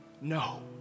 no